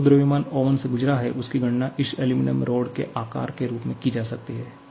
तो जो द्रव्यमान ओवन से गुजरा है उसकी गणना इस एल्यूमीनियम रॉड के आकार के रूप में की जा सकती है